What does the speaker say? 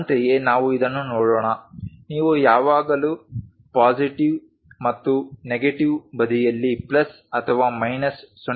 ಅಂತೆಯೇ ನಾವು ಇದನ್ನು ನೋಡೋಣ ನೀವು ಯಾವಾಗಲೂ ಪಾಸಿಟಿವ್ ಮತ್ತು ನೆಗೆಟಿವ್ ಬದಿಯಲ್ಲಿ ಪ್ಲಸ್ ಅಥವಾ ಮೈನಸ್ 0